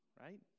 right